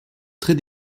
très